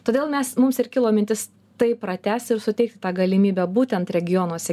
todėl mes mums ir kilo mintis taip pratęst ir suteikt tą galimybę būtent regionuose